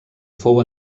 fou